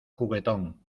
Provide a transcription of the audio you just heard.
juguetón